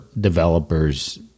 developers